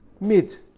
meat